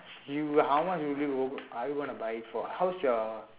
you would how much would you I want to buy it for how's your